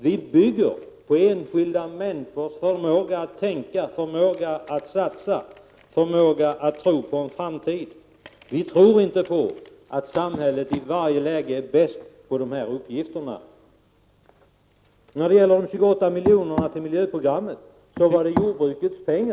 Vi bygger på enskilda människors förmåga att tänka, förmåga att satsa, förmåga att tro på en framtid. Vi tror inte att samhället i varje läge är bäst på de här uppgifterna.